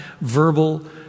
verbal